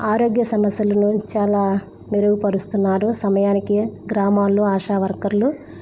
ఆరోగ్య సమస్యలను చాలా మెరుగుపరుస్తున్నారు సమయానికి గ్రామాల్లో ఆశా వర్కర్లు